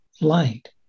light